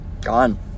Gone